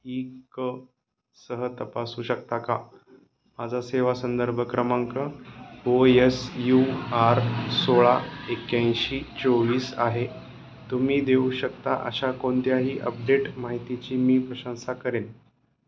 इ क सह तपासू शकता का माझा सेवा संदर्भ क्रमांक ओ येस यू आर सोळा एक्याऐंशी चोवीस आहे तुम्ही देऊ शकता अशा कोणत्याही अपडेट माहितीची मी प्रशंसा करेन